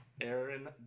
Aaron